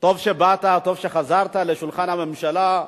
טוב שבאת, טוב שחזרת לשולחן הממשלה.